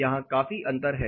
यहां काफी अंतर है